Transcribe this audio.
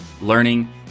learning